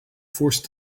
forced